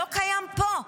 לא קיים פה.